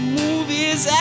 movies